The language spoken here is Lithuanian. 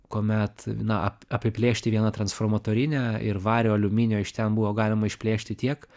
kuomet na ap apiplėšti vieną transformatorinę ir vario aliuminio iš ten buvo galima išplėšti tiek